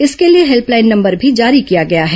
इसके लिए helpline number भी जारी किया गया है